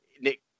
Nick